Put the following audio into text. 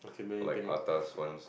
or like atas ones